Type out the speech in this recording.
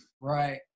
right